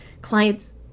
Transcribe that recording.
clients